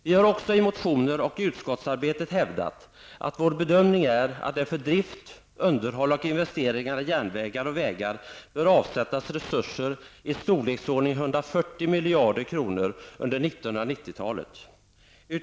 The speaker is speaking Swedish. Vi har också i motioner och i utskottsarbetet hävdat att vår bedömning är att det för drift, underhåll och investeringar i jänrvägar och vägar bör avsättas resurser i storleksordningen 140 miljarder kronor under 1990-talet.